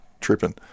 tripping